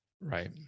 Right